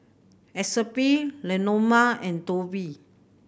Epsie Leoma and Tobi